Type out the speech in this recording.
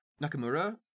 Nakamura